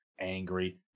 angry